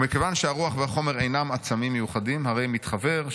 "ומכיוון שהרוח והחומר אינם עצמים מיוחדים הרי מתחוור,